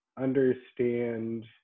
understand